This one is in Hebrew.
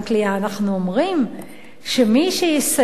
אנחנו אומרים שמי שיסייע,